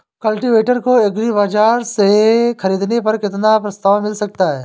Cultivator को agri बाजार से ख़रीदने पर कितना प्रस्ताव मिल सकता है?